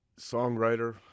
songwriter